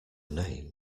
name